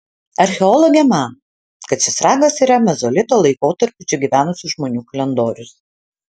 archeologė mano kad šis ragas yra mezolito laikotarpiu čia gyvenusių žmonių kalendorius